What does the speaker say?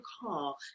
call